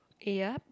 yup